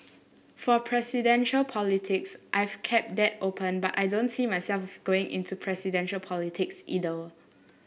for presidential politics I've kept that open but I don't see myself going into presidential politics either